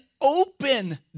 open